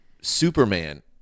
Superman